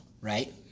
right